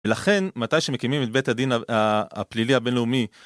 ולכן מתי שמקימים את בית הדין הפלילי הבינלאומי